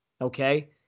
Okay